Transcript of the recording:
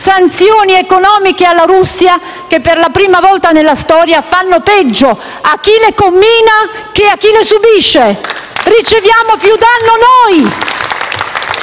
sanzioni economiche alla Russia, che per la prima volta nella storia fanno peggio a chi le infligge che a chi le subisce. *(Applausi dal